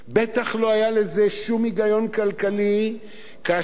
בטח לא היה לזה שום היגיון כלכלי כאשר